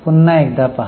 पुन्हा एकदा बघा